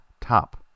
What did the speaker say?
top